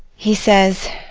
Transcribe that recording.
he says,